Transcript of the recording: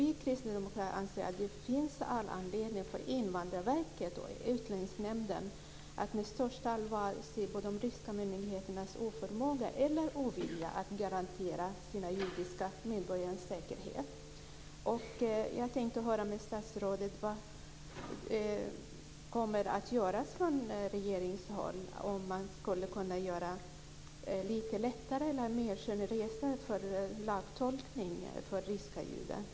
Vi kristdemokrater anser att det finns all anledning för Invandrarverket och Utlänningsnämnden att med största allvar se på de ryska myndigheternas oförmåga eller ovilja att garantera sina judiska medborgares säkerhet. Jag tänkte höra med statsrådet vad som kommer att göras från regeringshåll för att göra lagtolkningen lite lättare eller generösare när det gäller ryska judar.